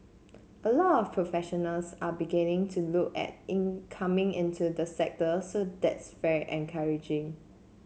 a lot of professionals are beginning to look at in coming into the sector so that's very encouraging